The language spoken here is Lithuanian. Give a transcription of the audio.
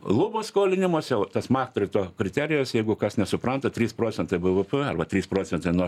lubos skolinimosi o tas maktrito kriterijus jeigu kas nesupranta trys procentai bvp arba trys procentai nuo